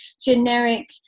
generic